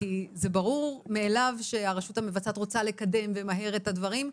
כי זה ברור מאליו שהרשות המבצעת רוצה לקדם ומהר את הדברים,